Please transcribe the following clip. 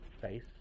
face